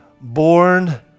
born